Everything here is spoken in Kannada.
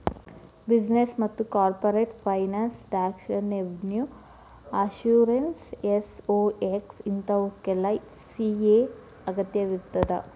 ಬಿಸಿನೆಸ್ ಮತ್ತ corporate finance taxation revenue assurance SOX ಇಂತಾವುಕ್ಕೆಲ್ಲಾ ಸಿ.ಎ ಅಗತ್ಯಇರ್ತದ